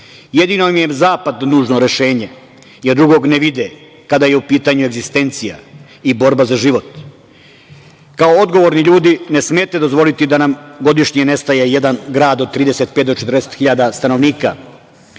Jedino im je zapad nužno rešenje, jer drugo ne vide kada je u pitanju egzistencija i borba za život. Kao odgovorni ljudi ne smete dozvoliti da nam godišnje nestaje jedan grad od 35 do 40 hiljada stanovnika.